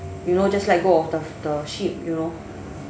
you know just let go of the the ship you know